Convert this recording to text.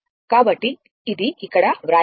కాబట్టి ఇది ఇక్కడ వ్రాయబడినది